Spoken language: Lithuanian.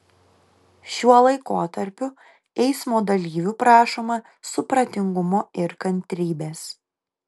šiuo laikotarpiu eismo dalyvių prašoma supratingumo ir kantrybės